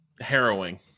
harrowing